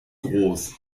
groß